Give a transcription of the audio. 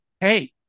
hey